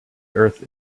earth